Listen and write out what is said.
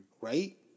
right